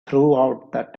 throughout